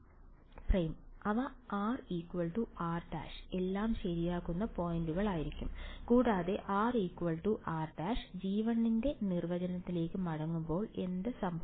അവ r r′ എല്ലാം ശരിയാകുന്ന പോയിന്റുകളായിരിക്കും കൂടാതെ r r′ g1 ന്റെ നിർവചനത്തിലേക്ക് മടങ്ങുമ്പോൾ എന്ത് സംഭവിക്കും